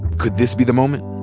could this be the moment?